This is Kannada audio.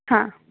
ಹಾಂ